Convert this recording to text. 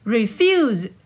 Refuse